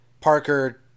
Parker